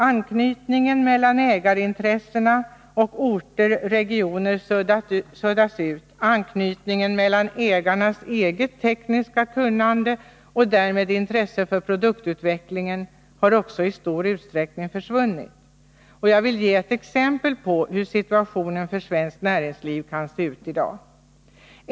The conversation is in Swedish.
Anknytningen mellan ägarintressena och orter-regioner suddas ut. Anknytningen mellan ägarnas eget tekniska kunnande och därmed intresse för produktutvecklingen har också i stor utsträckning försvunnit. Jag vill ge ett exempel på hur situationen för svenskt näringsliv kan se ut i dag.